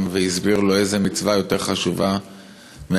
שהסביר לו איזה מצווה יותר חשובה מאחרת,